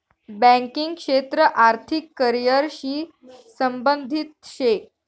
banking क्षेत्र आर्थिक career शी संबंधित शे